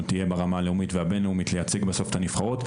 תהיה ברמה לאומית והבין-לאומית לייצג בסוף את הנבחרות.